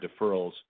deferrals